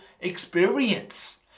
experience